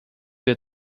wir